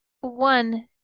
one